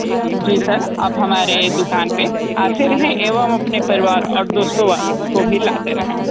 जी sir आप हमारे दुकान पर आते रहे एवं अपने परिवार और दोस्तों को भी लाते रहे